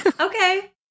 Okay